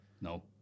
No